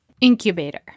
incubator